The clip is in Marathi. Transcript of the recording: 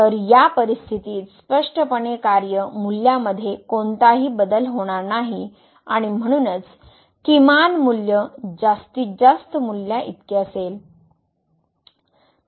तर या परिस्थितीत स्पष्टपणे कार्य मूल्यामध्ये कोणताही बदल होणार नाही आणि म्हणूनच किमान मूल्य जास्तीत जास्त मूल्याइतके असेल